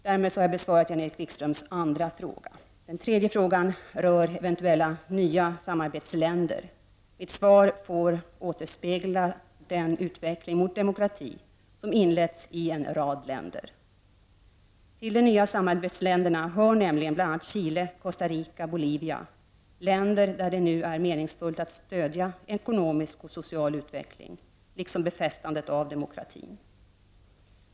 Därmed har Jan-Erik Wikströms andra fråga besvarats. Den tredje frågan rör eventuella nya samarbetsländer. Mitt svar får återspegla den utveckling mot demokrati som inletts i en rad länder. Till de nya samarbetsländerna hör nämligen bl.a. Chile, Costa Rica och Bolivia, länder där det nu är meningsfullt att stödja ekonomisk och social utveckling liksom befästandet av demokratin.